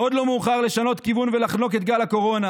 עוד לא מאוחר לשנות כיוון ולחנוק את גל הקורונה.